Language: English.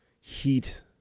heat